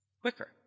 quicker